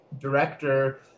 director